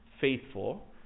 faithful